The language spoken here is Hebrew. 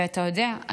ואתה יודע,